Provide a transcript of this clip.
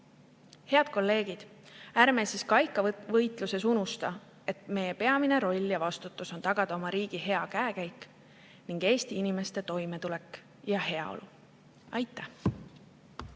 Head kolleegid! Ärme siis kaikavõitluses unusta, et meie peamine roll ja vastutus on tagada oma riigi hea käekäik ning Eesti inimeste toimetulek ja heaolu. Aitäh!